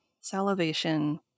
Salivation